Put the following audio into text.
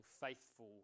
faithful